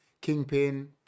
Kingpin